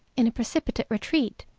in a precipitate retreat,